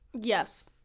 Yes